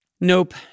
Nope